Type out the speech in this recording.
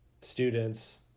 students